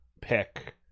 pick